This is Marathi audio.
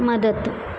मदत